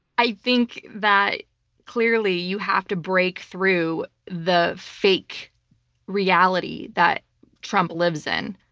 i think that clearly you have to break through the fake reality that trump lives in.